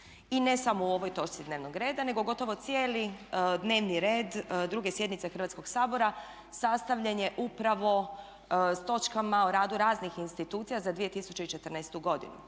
i ne samo u ovoj točci dnevnog reda, nego gotovo cijeli dnevni red 2. sjednice Hrvatskoga sabora sastavljen je upravo sa točkama o radu raznih institucija za 2014. godinu.